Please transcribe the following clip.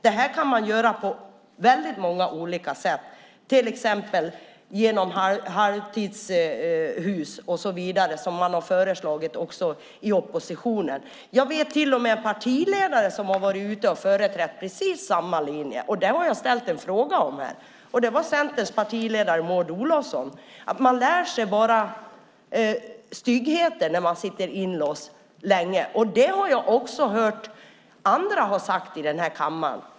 Detta kan man göra på många olika sätt, till exempel genom så kallade halvtidshus som har föreslagits av oppositionen. Jag vet att till och med en partiledare har varit ute och företrätt precis samma linje, och det har jag ställt en fråga om här. Det var Centerns partiledare Maud Olofsson som sade att man lär sig bara styggheter när man sitter inlåst länge. Det har jag också hört att andra har sagt i denna kammare.